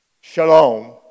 Shalom